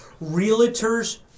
realtors